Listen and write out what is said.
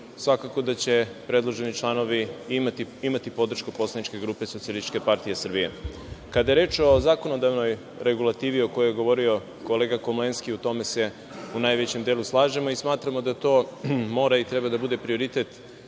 svakako da će predloženi članovi imati podršku poslaničke grupe SPS.Kada je reč o zakonodavnoj regulativi, o kojoj je govorio kolega Komlenski, u tome se u najvećem delu slažemo i smatramo da to mora i treba da bude prioritet,